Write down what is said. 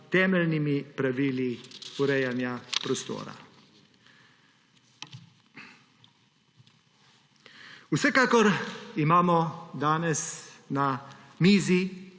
temeljnimi pravili urejanja prostora. Vsekakor imamo danes na mizi